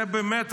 באמת,